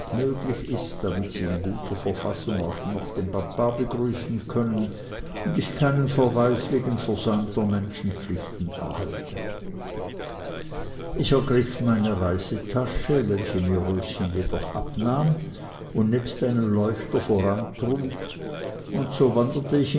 möglich ist damit sie in guter verfassung noch den papa begrüßen können und ich keinen verweis wegen versäumter menschenpflichten erhalte ich ergriff meine reisetasche welche mir röschen jedoch abnahm und nebst einem leuchter vorantrug und so wanderte ich